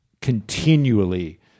continually